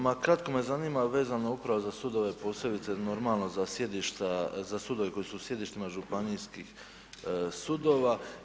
Ma kratko me zanima vezano upravo za sudove posebice normalno za sjedišta, za sudove koji su sjedištima županijskih sudova.